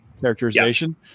characterization